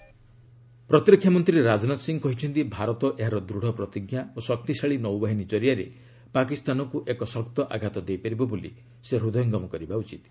ରାଜନାଥ ଖଣ୍ଡେରୀ ପ୍ରତିରକ୍ଷା ମନ୍ତ୍ରୀ ରାଜନାଥ ସିଂହ କହିଛନ୍ତି ଭାରତ ଏହାର ଦୃଢ଼ ପ୍ରତିଜ୍ଞା ଓ ଶକ୍ତିଶାଳୀ ନୌବାହିନୀ କରିଆରେ ପାକିସ୍ତାନକୁ ଏକ ଶକ୍ତ ଆଘାତ ଦେଇପାରିବ ବୋଲି ସେ ହୂଦୟଙ୍ଗମ କରିବା ଉଚିତ୍